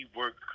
work